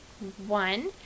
One